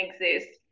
exist